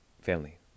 Family